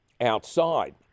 outside